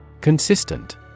Consistent